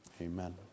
Amen